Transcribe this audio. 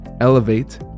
Elevate